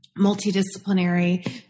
multidisciplinary